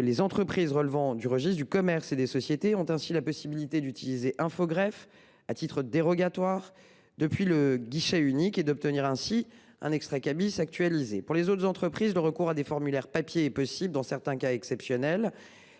Les entreprises relevant du registre du commerce et des sociétés ont ainsi la possibilité d’utiliser Infogreffe à titre dérogatoire depuis le guichet unique, et d’obtenir ainsi un extrait Kbis actualisé. Pour les autres entreprises, le recours à des formulaires papier est possible dans certains cas exceptionnels.